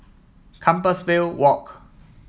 Compassvale Walk